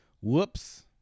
Whoops